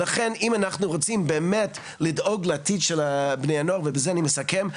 ולכן אם אנחנו רוצים באמת לדאוג לעתיד של בני הנוער ובזה אני מסכם,